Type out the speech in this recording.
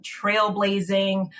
trailblazing